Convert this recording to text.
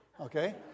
Okay